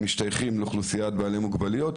הם משתייכים לאוכלוסיית בעלי מוגבלויות,